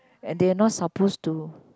they're not supposed to